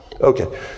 Okay